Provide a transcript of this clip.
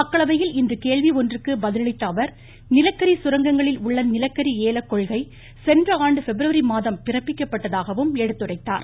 மக்களவையில் இன்று கேள்வி ஒன்றுக்கு பதிலளித்த அவர் நிலக்கரி சுரங்கங்களில் உள்ள நிலக்கரி ஏல கொள்கை சென்றஆண்டு பிப்ரவரி மாதம் பிறப்பிக்கப்பட்டதாகவும் அவர் எடுத்துரைத்தார்